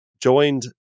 joined